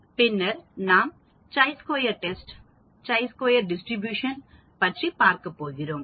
பின்னர் நாம் chi square test chi square distribution பற்றி பார்க்கப்போகிறோம்